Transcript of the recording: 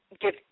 give